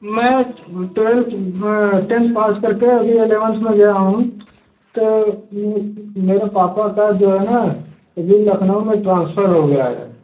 मैं twelfth tenth pass करके अभी ईलेवन्थ में गया हूँ तो मे मेरे पापा का जो है ना लखनऊ में ट्रांसफ़र हो गया है